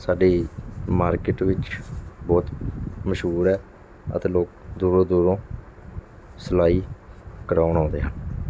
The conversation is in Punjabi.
ਸਾਡੀ ਮਾਰਕੀਟ ਵਿੱਚ ਬਹੁਤ ਮਸ਼ਹੂਰ ਹੈ ਅਤੇ ਲੋਕ ਦੂਰੋਂ ਦੂਰੋਂ ਸਿਲਾਈ ਕਰਾਉਣ ਆਉਂਦੇ ਹਨ